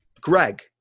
Greg